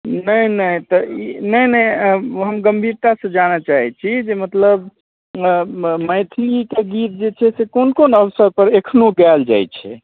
नहि नहि तऽ नहि नहि ओ हम गम्भीरतासँ जानऽ चाहै छी जे मतलब मैथिलीके गीत जे छै से कोन कोन अवसरपर एखनहु गाएल जाइ छै